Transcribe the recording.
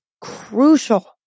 crucial